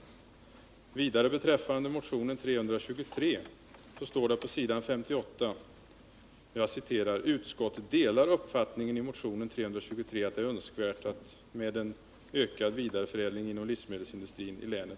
Vad vidare beträffar motionen 323 står det på s. 58: ”Utskottet delar uppfattningen i motionen 323 att det är önskvärt med ökad vidareförädling inom livsmedelsindustrin i länet”.